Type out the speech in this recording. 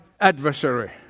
adversary